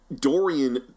Dorian